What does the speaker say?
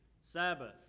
Sabbath